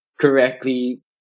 correctly